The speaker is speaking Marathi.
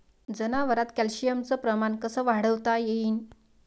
जनावरात कॅल्शियमचं प्रमान कस वाढवता येईन?